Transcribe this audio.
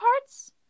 parts